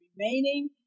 remaining